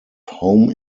home